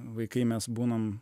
vaikai mes būnam